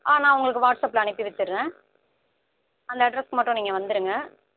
ஆ நான் உங்களுக்கு வாட்ஸ்சப்பில் அனுப்பி வச்சுடுறேன் அந்த அட்ரஸ்க்கு மட்டும் நீங்கள் வந்துருங்க